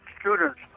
students